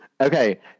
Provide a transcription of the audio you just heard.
Okay